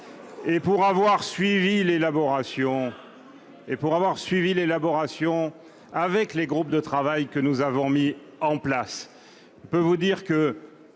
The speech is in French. en avoir suivi l'élaboration, avec les groupes de travail que nous avons mis en place, je puis vous dire que